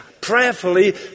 prayerfully